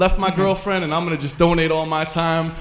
left my girlfriend and i'm going to just donate all my time